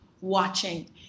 watching